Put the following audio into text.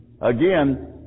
Again